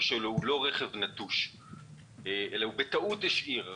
שלו לא נטוש אלא הוא בטעות השאיר אותו,